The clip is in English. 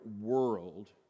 world